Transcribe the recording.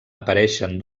apareixen